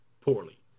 poorly